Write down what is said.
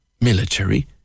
military